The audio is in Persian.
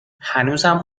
هنوزم